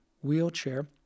wheelchair